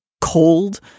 cold